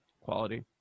Quality